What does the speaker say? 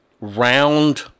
round